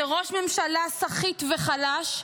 זה ראש ממשלה סחיט וחלש,